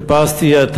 חיפשתי את